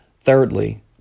Thirdly